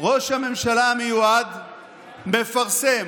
ראש הממשלה המיועד מפרסם